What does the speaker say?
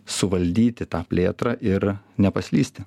suvaldyti tą plėtrą ir nepaslysti